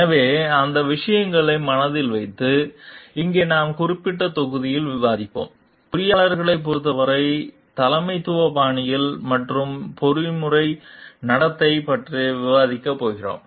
எனவே அந்த விஷயங்களை மனதில் வைத்து இங்கே நாம் குறிப்பிட்ட தொகுதியில் விவாதிப்போம் பொறியியலாளர்களைப் பொறுத்தவரை தலைமைத்துவ பாணிகள் மற்றும் நெறிமுறை நடத்தை பற்றி விவாதிக்கப் போகிறோம்